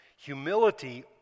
Humility